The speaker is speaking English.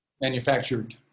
manufactured